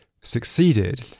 succeeded